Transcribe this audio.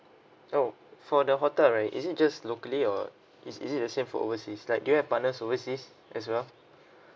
oh for the hotel right is it just locally or is is it the same for overseas like do you have partners overseas as well